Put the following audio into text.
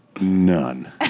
None